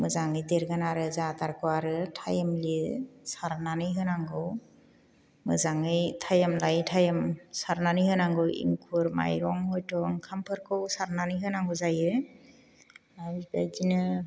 मोजाङै देरगोन आरो जा आदारखौ आरो टाइमलि सारनानै होनांगौ मोजाङै टाइम लायै टाइम सारनानै होनांगौ एंखुर माइरं हयथ' ओंखामफोरखौ सारनानै होनांगौ जायो दा बेबायदिनो